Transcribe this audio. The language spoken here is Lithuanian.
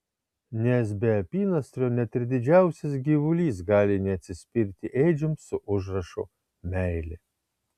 nes be apynasrio net ir didžiausias gyvulys gali neatsispirti ėdžioms su užrašu meilė